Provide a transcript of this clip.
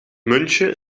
muntje